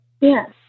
Yes